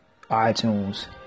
iTunes